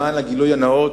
למען הגילוי הנאות: